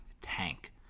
tank